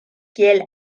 kiel